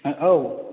औ